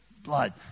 Blood